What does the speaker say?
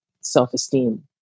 self-esteem